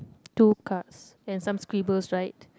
two cards and some scribbles right